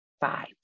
five